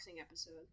episode